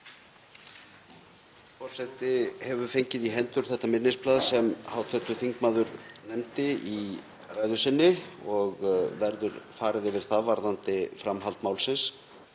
Forseti hefur fengið í hendur þetta minnisblað sem hv. þingmaður nefndi í ræðu sinni og verður farið yfir það varðandi framhald málsins,